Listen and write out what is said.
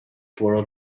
floral